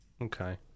okay